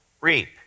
reap